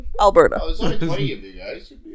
Alberta